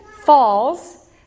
falls